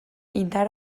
indar